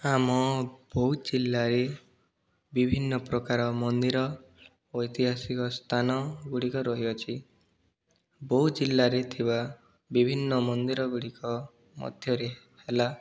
ଆମ ବୌଦ୍ଧ ଜିଲ୍ଲାରେ ବିଭିନ୍ନ ପ୍ରକାରର ମନ୍ଦିର ଐତିହାସିକ ସ୍ଥାନଗୁଡ଼ିକ ରହିଅଛି ବୌଦ୍ଧ ଜିଲ୍ଲାରେ ଥିବା ବିଭିନ୍ନ ମନ୍ଦିରଗୁଡ଼ିକ ମଧ୍ୟରେ ହେଲା